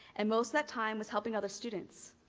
and most of that time was helping other students,